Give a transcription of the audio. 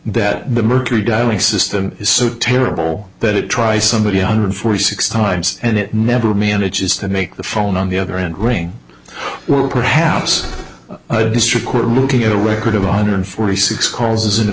that the mercury dialing system is so terrible that it tries somebody hundred forty six times and it never manages to make the phone on the other end ring well perhaps a district court looking at a record of one hundred forty six calls in a